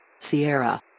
Sierra